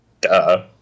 Duh